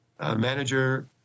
manager